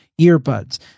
earbuds